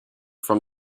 from